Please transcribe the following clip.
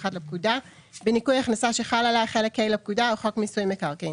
לפקודה בניכוי הכנסה שחל עליה חלק ה' לפקודה או חוק מיסוי מקרקעין,